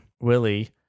Willie